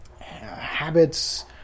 habits